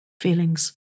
feelings